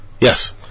Yes